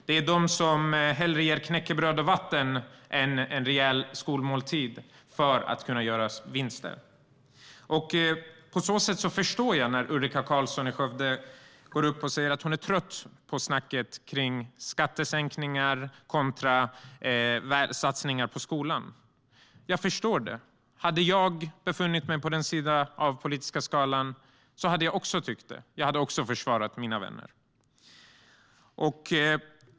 Det är de som hellre ger knäckebröd och vatten än en rejäl skolmåltid för att kunna göra vinster. På så sätt förstår jag när Ulrika Carlsson i Skövde går upp och säger att hon är trött på snacket om skattesänkningar kontra satsningar på skolan. Jag förstår det. Hade jag befunnit mig på den sidan av den politiska skalan hade jag också tyckt det. Jag hade också försvarat mina vänner.